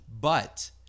But-